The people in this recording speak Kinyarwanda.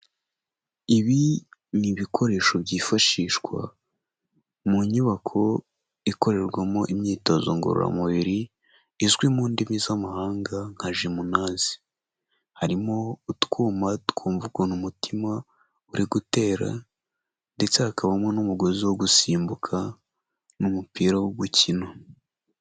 Ibi ni ibikoresho byifashishwa mu nyubako ikorerwamo imyitozo ngororamubiri, izwi mu ndimi z'amahanga nka Jimunazi. Harimo utwuma twumva ukuntu umutima uri gutera ndetse hakabamo n'umugozi wo gusimbuka n'umupira wo gukina.